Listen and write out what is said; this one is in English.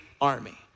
army